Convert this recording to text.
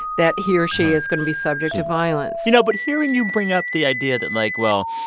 that he or she is going to be subject to violence you know, but hearing you bring up the idea that, like, well,